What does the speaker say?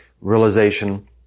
realization